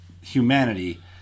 humanity